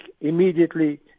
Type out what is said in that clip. immediately